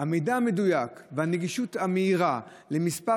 המידע המדויק והנגישות המהירה של מספר